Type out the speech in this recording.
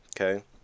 okay